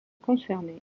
concernaient